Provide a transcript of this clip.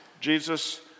Jesus